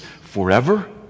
forever